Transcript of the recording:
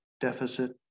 Deficit